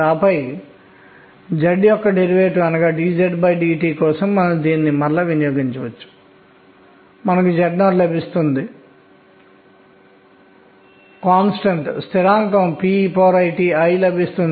ఆపై నా వద్ద 4వ క్వాంటం సంఖ్య ms ఉంది అది 12 లేదా 12 కావచ్చు దాని అర్థం ఏమిటో చూద్దాం